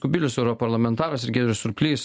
kubilius europarlamentaras ir giedrius surplys